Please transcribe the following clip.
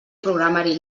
programari